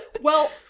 Well-